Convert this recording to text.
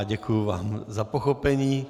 Děkuji vám za pochopení.